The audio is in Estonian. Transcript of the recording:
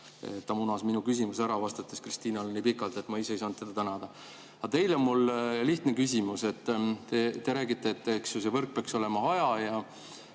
Ta munas minu küsimuse ära, vastates Kristinale nii pikalt, et ma ise ei saanud teda tänada. Aga teile on mul lihtne küsimus. Te räägite, et see võrk peaks olema haja[võrk]